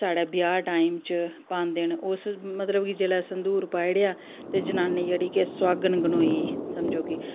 साढ़ै ब्याह् टाइम च पांदे न ओह् मतलब केह जेल्लै संदूर पाई ओड़ेआ ते जनानी जेह्ड़ी के सुहागन गनोई गेई